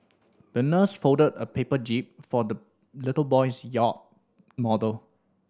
the nurse folded a paper jib for the little boy's yacht model